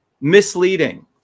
misleading